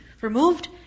removed